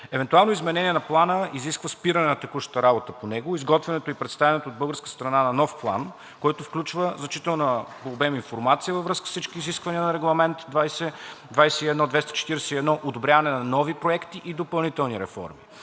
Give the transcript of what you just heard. Евентуално изменение на Плана изисква спиране на текущата работа по него, изготвянето и представянето от българска страна на нов план, който включва значителна по обем информация във връзка с всички изисквания на Регламент 2021/241, одобряване на нови проекти и допълнителни реформи,